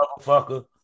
motherfucker